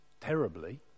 terribly